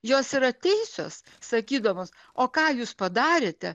jos yra teisios sakydamos o ką jūs padarėte